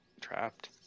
trapped